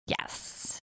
yes